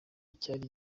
cyari